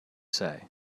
say